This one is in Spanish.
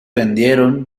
vendieron